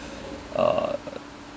uh